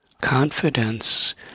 confidence